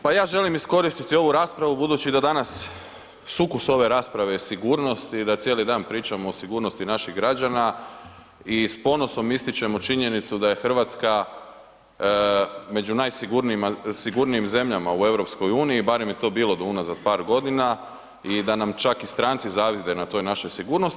Pa ja želim iskoristiti ovu raspravu budući da danas sukus ove rasprave je sigurnost i da cijeli dan pričamo o sigurnosti naših građana i s ponosom ističemo činjenicu da je Hrvatska među najsigurnijim zemljama u EU, barem je to bilo do unazad par godina i da nam čak i stranci zavide na toj našoj sigurnosti.